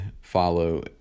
follow